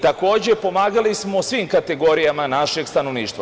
Takođe, pomagali smo svim kategorijama našeg stanovništva.